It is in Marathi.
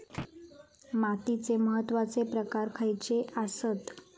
मातीचे महत्वाचे प्रकार खयचे आसत?